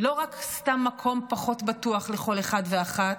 לא רק סתם מקום פחות בטוח לכל אחד ואחת,